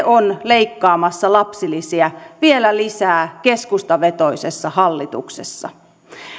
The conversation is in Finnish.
on leikkaamassa lapsilisiä vielä lisää keskustavetoisessa hallituksessa